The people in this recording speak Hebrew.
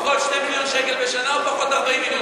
פחות 2 מיליון שקל בשנה או פחות 40 מיליון שקל בשנה?